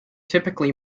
typically